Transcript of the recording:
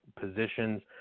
positions